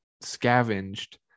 scavenged